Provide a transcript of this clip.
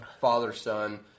father-son